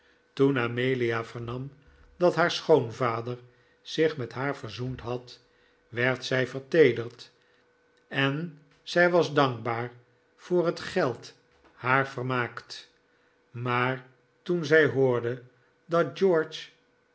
toen amelia vernam dat haar schoonvader zich met haar verzoend had werd zij verteederd en zij was dankbaar voor het geld haar vermaakt maar toen zij hoorde dat